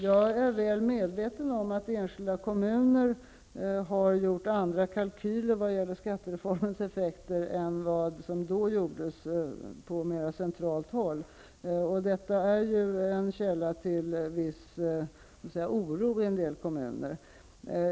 Jag är väl medveten om att enskilda kommuner har gjort andra kalkyler vad gäller skattereformens effekter än vad som då gjordes från mera centralt håll. Detta är en källa, skulle jag vilja säga, till viss oro i en del kommuner.